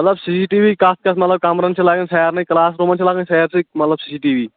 مطلب C C T V کتھ کتھ کَتھ مطلب کَمرَن چھُ لَگان سارِنٕے کٕلاس روٗمَن چھِ لَگان سٲرۍسٕے مطلب سی سی ٹۍ وِی